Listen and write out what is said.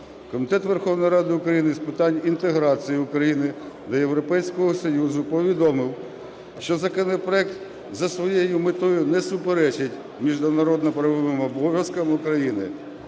Комітет Верховної Ради України з питань інтеграції України до Європейського Союзу повідомив, що законопроект за своєю метою не суперечить міжнародно-правовим обов'язкам України.